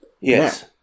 yes